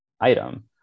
item